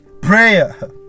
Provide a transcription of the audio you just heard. prayer